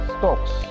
stocks